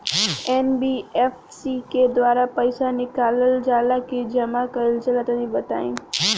NBFC के द्वारा पईसा निकालल जला की जमा कइल जला तनि बताई?